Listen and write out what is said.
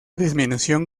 disminución